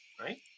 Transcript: right